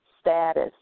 status